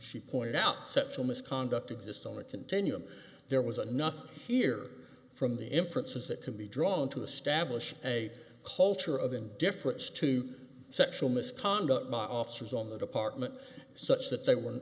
she pointed out sexual misconduct exists on a continuum there was a nothing here from the inferences that can be drawn to establish a culture of the difference to sexual misconduct by officers on the department such that they were